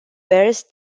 bears